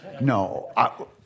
No